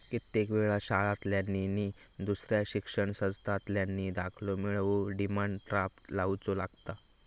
कित्येक वेळा शाळांतल्यानी नि दुसऱ्या शिक्षण संस्थांतल्यानी दाखलो मिळवूक डिमांड ड्राफ्ट लावुचो लागता